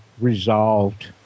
resolved